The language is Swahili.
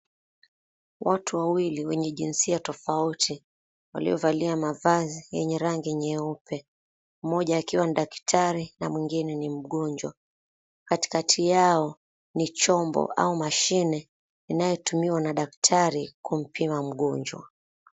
Watu wawili wenye jinsia tofauti waliovalia mavazi yenye rangi nyeupe, mmoja akiwa ni daktari na mwingine ni mgonjwa. Katikati yao ni chombo au mashine inayotumiwa na daktari kumpima mgonjwa.